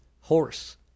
horse